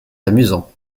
amusant